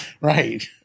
right